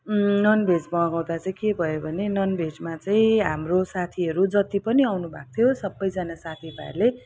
non भेज मगाउँदा चाहिँ के भयो भने नन भेजमा चाहिँ हाम्रो साथीहरू जति पनि आउनु भएको थियो सबैजना साथी भाइहरूले